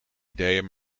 ideeën